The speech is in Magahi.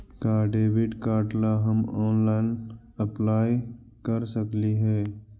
का डेबिट कार्ड ला हम ऑनलाइन अप्लाई कर सकली हे?